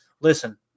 Listen